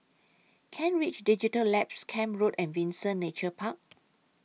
Kent Ridge Digital Labs Camp Road and Windsor Nature Park